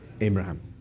Abraham